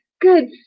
good